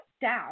down